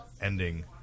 ending